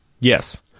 Yes